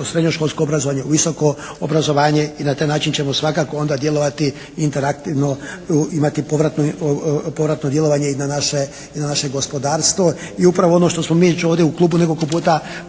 u srednješkolsko obrazovanje. U visoko obrazovanje. I na taj način ćemo svakako onda djelovati interaktivno. Imati povratno, povratno djelovanje i na naše i na naše gospodarstvo. I upravo ono što smo mi već ovdje u Klubu nekoliko puta